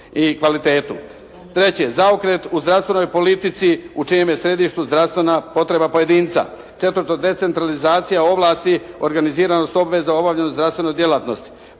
Treće, zaokret u zdravstvenoj politici u čijem je središtu zdravstvena potreba pojedinca. Četvrto, decentralizacija ovlasti, organiziranost, obveza u obavljanju zdravstvene djelatnosti.